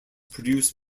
produce